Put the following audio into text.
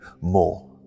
more